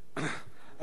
אדוני היושב-ראש,